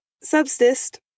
subsist